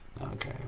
Okay